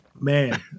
Man